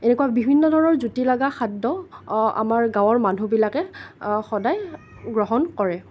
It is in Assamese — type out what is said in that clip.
এনেকুৱা বিভিন্ন ধৰণৰ জুতিলগা খাদ্য আমাৰ গাঁৱৰ মানুহবিলাকে সদায় গ্ৰহণ কৰে